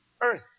earth